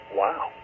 wow